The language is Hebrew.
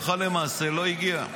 הלכה למעשה לא הגיע.